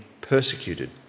persecuted